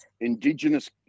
Indigenous